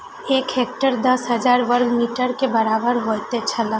एक हेक्टेयर दस हजार वर्ग मीटर के बराबर होयत छला